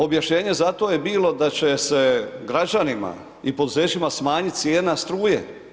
Objašnjenje za to je bilo da će se građanima i poduzećima smanjiti cijena struje.